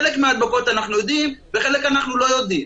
חלק מההדבקות אנחנו יודעים וחלק אנחנו לא יודעים.